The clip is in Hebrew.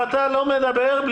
אני לא מוכן לזה, נקודה.